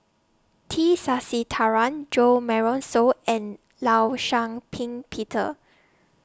T Sasitharan Jo Marion Seow and law Shau Ping Peter